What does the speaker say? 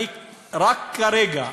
אני רק כרגע,